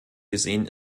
gesehen